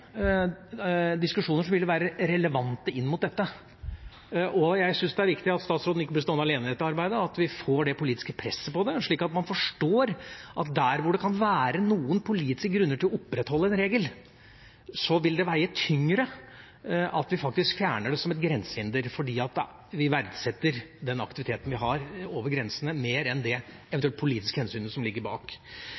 diskusjoner som vil være relevante inn mot dette. Jeg syns det er viktig at statsråden ikke blir stående alene i dette arbeidet, og at vi får et politisk press på det slik at man forstår at der hvor det kan være noen politiske grunner til å opprettholde en regel, vil det veie tyngre at vi faktisk fjerner den som et grensehinder, fordi vi verdsetter den aktiviteten vi har over grensene, mer enn det